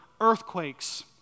earthquakes